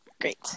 Great